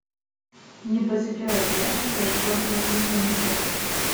ji pasukiojo riešą ieškodama tinkamų žodžių